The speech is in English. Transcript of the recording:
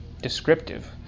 descriptive